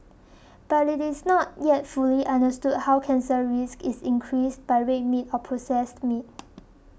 but it is not yet fully understood how cancer risk is increased by red meat or processed meat